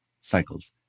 cycles